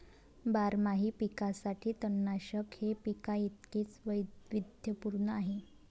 बारमाही पिकांसाठी तणनाशक हे पिकांइतकेच वैविध्यपूर्ण आहे